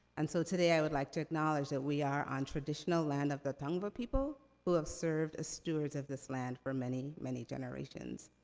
and so today, i would like to acknowledge that we are on traditional land of the tonga people, who have served as stewards of this land for many, many generations.